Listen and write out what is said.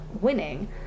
winning